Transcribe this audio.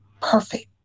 perfect